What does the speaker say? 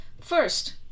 First